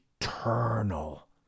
eternal